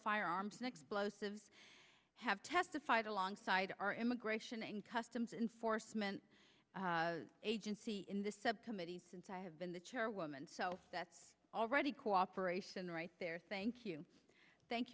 firearms and explosives have testified alongside our immigration and customs enforcement agency in the subcommittee since i have been the chairwoman so that's already cooperation right there thank you thank